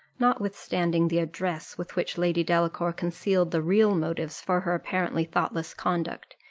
notwithstanding the address with which lady delacour concealed the real motives for her apparently thoughtless conduct,